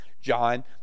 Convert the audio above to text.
John